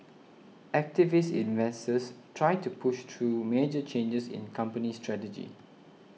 activist investors try to push through major changes in company strategy